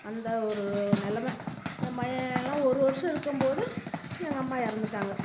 அந்த ஒரு நெலமை என் பையன்லா ஒரு வருடம் இருக்கும்போது எங்கள் அம்மா இறந்துட்டாங்க